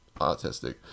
autistic